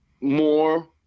more